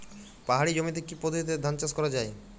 পাহাড়ী জমিতে কি পদ্ধতিতে ধান চাষ করা যায়?